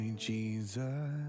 Jesus